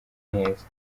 neza